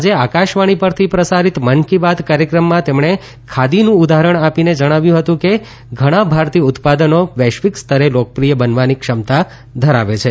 આજે આકાશવાણી પરથી પ્રસારિત થયેલ મન ક્રી બાત કાર્યક્રમમાં તેમણે ખાદીનું ઉદાહરણ આપીને જણાવ્યું હતું કે ઘણા ભારતીય ઉત્પાદનો વૈશ્વિક સ્તરે લોકપ્રિથ બનવાની ક્ષમતા ધરાવે છે